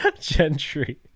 gentry